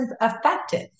effective